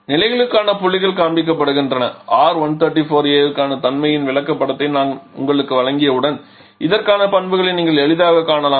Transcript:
நிலைகளுக்கான புள்ளிகள் காண்பிக்கப்படுகின்றன R134a க்கான தன்மையின் விளக்கப்படத்தை நான் உங்களுக்கு வழங்கியவுடன் இதற்கான பண்புகளை நீங்கள் எளிதாகக் காணலாம்